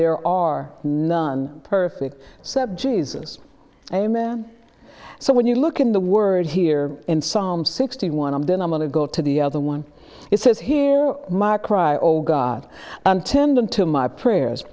there are none perfect cept jesus amen so when you look in the word here in psalm sixty one i'm done i'm going to go to the other one it says hear my cry oh god i'm tending to my prayers